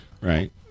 Right